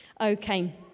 Okay